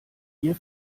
wir